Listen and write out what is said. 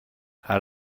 out